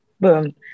boom